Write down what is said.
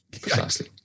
precisely